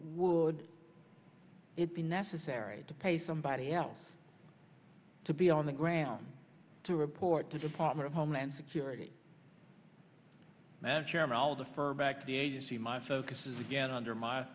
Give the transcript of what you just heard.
would it be necessary to pay somebody else to be on the ground to report the department of homeland security that chairman of the for back to the agency my focus is again under my